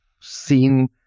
seen